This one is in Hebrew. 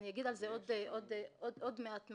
אני פה עוד חצי שנה,